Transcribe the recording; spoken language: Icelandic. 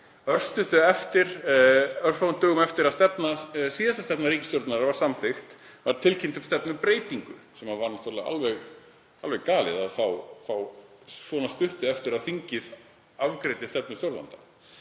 dögum eftir að síðasta stefna ríkisstjórnarinnar var samþykkt var tilkynnt um stefnubreytingu, sem var náttúrlega alveg galið að fá svona stuttu eftir að þingið afgreiddi stefnu stjórnvalda.